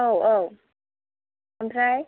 औ औ ओमफ्राय